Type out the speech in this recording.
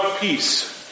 Peace